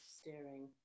steering